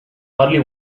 early